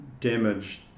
damaged